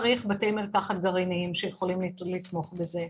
צריך בתי מרקחת גרעיניים שיכולים לתמוך בזה,